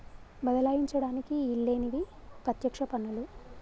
బదలాయించడానికి ఈల్లేనివి పత్యక్ష పన్నులు